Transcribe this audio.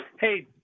Hey